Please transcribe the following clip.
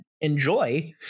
enjoy